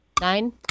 Nine